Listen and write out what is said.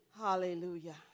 Hallelujah